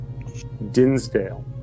Dinsdale